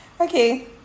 Okay